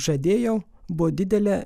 žadėjau buvo didelė